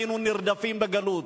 היינו נרדפים בגלות.